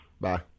Bye